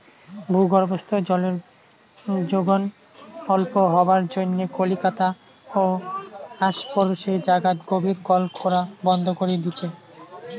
ভূগর্ভস্থ জলের যোগন অল্প হবার জইন্যে কলিকাতা ও আশপরশী জাগাত গভীর কল খোরা বন্ধ করি দিচে